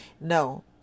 no